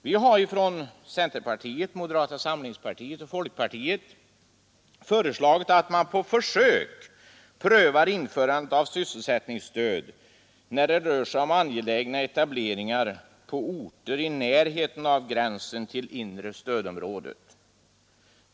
Vi har från centerpartiet, moderata samlingspartiet och folkpartiet föreslagit att man på försök prövar införandet av sysselsättningsstöd när det rör sig om angelägna etableringar på orter i närheten av gränsen till inre stödområdet.